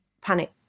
panic